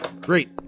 Great